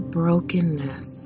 brokenness